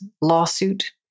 lawsuit